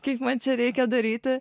kiek man čia reikia daryti